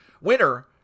winner